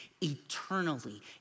eternally